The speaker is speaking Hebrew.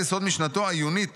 ועל יסוד משנתו העיונית